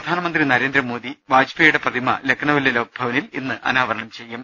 പ്രധാനമന്ത്രി നരേന്ദ്രമോദി വാജ്പേയിയുടെ പ്രതിമ ലഖ്നൌവിലെ ലോക്ഭവനിൽ ഇന്ന് അനാവരണം ചെയ്യും